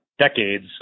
decades